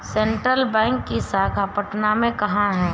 Central bank की शाखा पटना में कहाँ है?